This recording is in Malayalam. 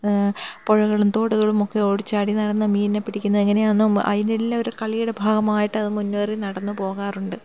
പുഴകളും തോടുകളും ഒക്കെ ഓടിച്ചാടി നടന്നു മീനിനെ പിടിക്കുന്നത് എങ്ങനെയാണെന്നും അതിനെല്ലാം ഒരോ കളിയുടെ ഭാഗമായിട്ട് അത് മുന്നേറി നടന്നു പോകാറുണ്ട്